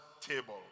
table